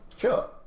Sure